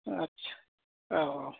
आटसा औ औ